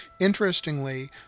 interestingly